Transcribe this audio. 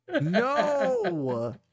No